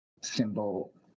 symbol